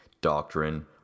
doctrine